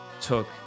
took